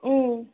ம்